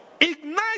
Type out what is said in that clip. ignite